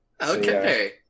okay